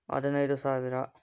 ಹದಿನೈದು ಸಾವಿರ